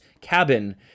cabin